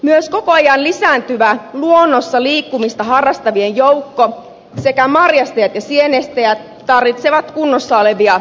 myös koko ajan lisääntyvä luonnossa liikkumista harrastavien joukko sekä marjastajat ja sienestäjät tarvitsevat kunnossa olevia yksityisteitä